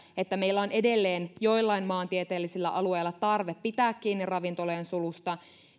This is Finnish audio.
että meillä on edelleen joillain maantieteellisillä alueilla tarve pitää kiinni ravintolojen sulusta